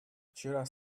вчера